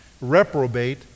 Reprobate